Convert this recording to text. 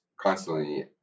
constantly